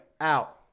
Out